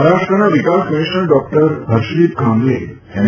મહારાષ્ટ્રના વિકાસ commissioner doctor Harshdeep કાંબલેએ એમ